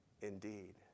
indeed